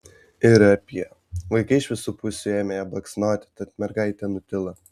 ir apie vaikai iš visų pusių ėmė ją baksnoti tad mergaitė nutilo